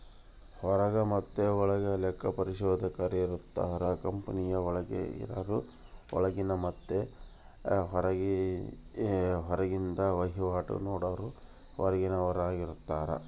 ಹೊರಗ ಮತೆ ಒಳಗ ಲೆಕ್ಕ ಪರಿಶೋಧಕರಿರುತ್ತಾರ, ಕಂಪನಿಯ ಒಳಗೆ ಇರರು ಒಳಗಿನ ಮತ್ತೆ ಹೊರಗಿಂದ ವಹಿವಾಟು ನೋಡರು ಹೊರಗಿನವರಾರ್ಗಿತಾರ